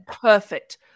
Perfect